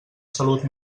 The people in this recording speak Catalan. salut